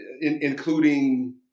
including